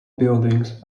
buildings